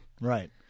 right